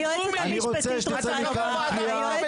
היועצת המשפטית רוצה הבהרה.